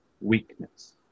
weakness